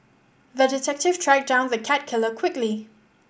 the detective tracked down the cat killer quickly